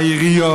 העיריות,